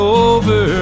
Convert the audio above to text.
over